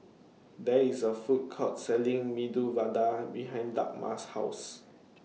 There IS A Food Court Selling Medu Vada behind Dagmar's House